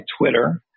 Twitter